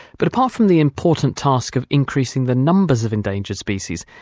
but apart from the important task of increasing the numbers of endangered species,